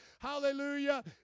Hallelujah